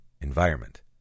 environment